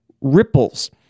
ripples